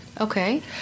Okay